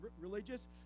religious